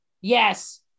Yes